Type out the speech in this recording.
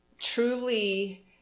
truly